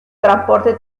transporte